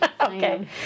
Okay